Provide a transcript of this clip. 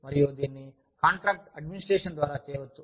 మరియు మీరు దీన్ని కాంట్రాక్ట్ అడ్మినిస్ట్రేషన్ ద్వారా చేయవచ్చు